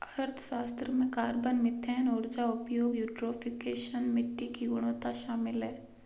अर्थशास्त्र में carbon, methane ऊर्जा उपयोग, यूट्रोफिकेशन, मिट्टी की गुणवत्ता शामिल है